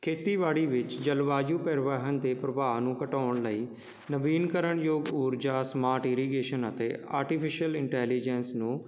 ਖੇਤੀਬਾੜੀ ਵਿੱਚ ਜਲਵਾਯੂ ਪਰਿਵਰਤਨ ਦੇ ਪ੍ਰਭਾਵ ਨੂੰ ਘਟਾਉਣ ਲਈ ਨਵੀਨੀਕਰਨ ਯੋਗ ਊਰਜਾ ਸਮਾਰਟ ਇਰੀਗੇਸ਼ਨ ਅਤੇ ਆਰਟੀਫਿਸ਼ਅਲ ਇੰਟੈਲੀਜੈਂਸ ਨੂੰ